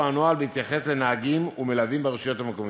הנוהל בהתייחס לנהגים ומלווים ברשויות המקומיות.